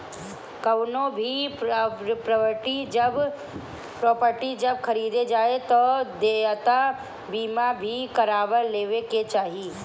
कवनो भी प्रापर्टी जब खरीदे जाए तअ देयता बीमा भी करवा लेवे के चाही